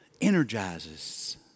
energizes